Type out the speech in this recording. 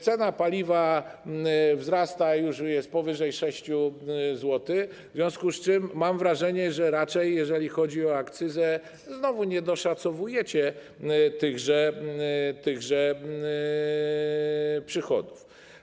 Cena paliwa wzrasta, już jest powyżej 6 zł, w związku z czym mam wrażenie, że raczej, jeżeli chodzi o akcyzę, znowu nie doszacowujecie tychże przychodów.